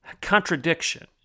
contradiction